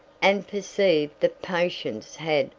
and perceived that patience had,